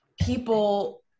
people